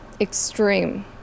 extreme